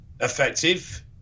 effective